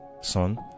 Son